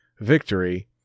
victory